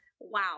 wow